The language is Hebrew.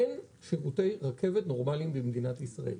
אין שירותי רכבת נורמליים במדינת ישראל.